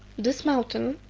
this mountain,